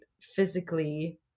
physically